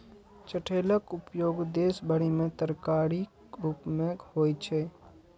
चठैलक उपयोग देश भरि मे तरकारीक रूप मे होइ छै